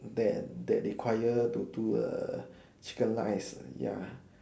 that that require to do err chicken rice ya